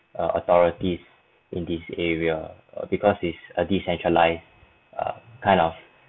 err authorities in this area because it's a decentralised err kind of